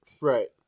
Right